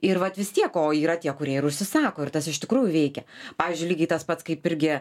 ir vat vis tiek o yra tie kurie ir užsisako ir tas iš tikrųjų veikia pavyzdžiui lygiai tas pats kaip irgi